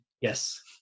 yes